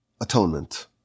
atonement